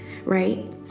Right